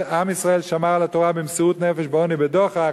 עם ישראל שמר על התורה במסירות נפש, בעוני ובדוחק.